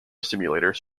simulators